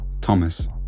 Thomas